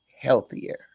healthier